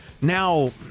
now